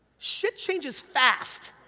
shit changes fast!